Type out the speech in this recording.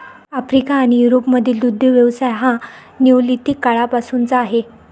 Africa आणि युरोपमधील दुग्ध व्यवसाय हा निओलिथिक काळापासूनचा आहे